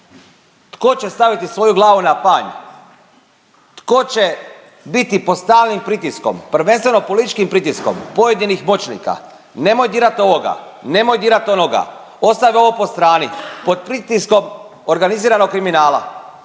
Tko će staviti svoju glavu na panj? Tko će biti pod stalnim pritiskom prvenstveno političkim pritiskom pojedinih moćnika? Nemoj dirat ovoga, nemoj dirati onoga, ostavi ovo po strani? Pod pritiskom organiziranoga kriminala.